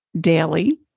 daily